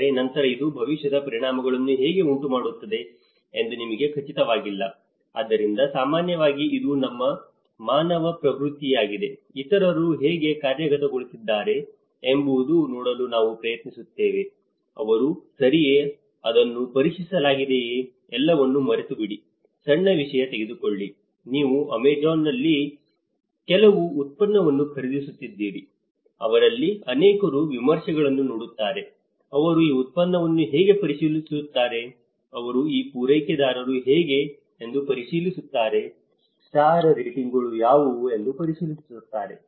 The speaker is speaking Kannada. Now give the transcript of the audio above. ಆದರೆ ನಂತರ ಅದು ಭವಿಷ್ಯದ ಪರಿಣಾಮಗಳನ್ನು ಹೇಗೆ ಉಂಟುಮಾಡುತ್ತದೆ ಎಂದು ನಮಗೆ ಖಚಿತವಾಗಿಲ್ಲ ಆದ್ದರಿಂದ ಸಾಮಾನ್ಯವಾಗಿ ಇದು ನಮ್ಮ ಮಾನವ ಪ್ರವೃತ್ತಿಯಾಗಿದೆ ಇತರರು ಹೇಗೆ ಕಾರ್ಯಗತಗೊಳಿಸಿದ್ದಾರೆ ಎಂಬುದನ್ನು ನೋಡಲು ನಾವು ಪ್ರಯತ್ನಿಸುತ್ತೇವೆ ಅವರು ಸರಿಯೇ ಅದನ್ನು ಪರೀಕ್ಷಿಸಲಾಗಿದೆಯೇ ಎಲ್ಲವನ್ನೂ ಮರೆತುಬಿಡಿ ಸಣ್ಣ ವಿಷಯ ತೆಗೆದುಕೊಳ್ಳಿ ನೀವು ಅಮೆಜಾನ್ನಲ್ಲಿ ಕೆಲವು ಉತ್ಪನ್ನವನ್ನು ಖರೀದಿಸುತ್ತಿದ್ದೀರಿ ಅವರಲ್ಲಿ ಅನೇಕರು ವಿಮರ್ಶೆಗಳನ್ನು ನೋಡುತ್ತಾರೆ ಅವರು ಈ ಉತ್ಪನ್ನವನ್ನು ಹೇಗೆ ಪರಿಶೀಲಿಸುತ್ತಾರೆ ಅವರು ಆ ಪೂರೈಕೆದಾರರು ಹೇಗೆ ಎಂದು ಪರಿಶೀಲಿಸುತ್ತಾರೆ ಸ್ಟಾರ್ ರೇಟಿಂಗ್ಗಳು ಯಾವುವು ಎಂದು ಪರಿಶೀಲಿಸುತ್ತಾರೆ